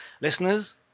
Listeners